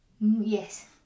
yes